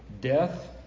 Death